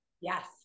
Yes